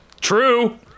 True